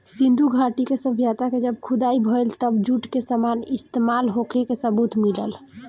सिंधु घाटी के सभ्यता के जब खुदाई भईल तब जूट के सामान इस्तमाल होखे के सबूत मिलल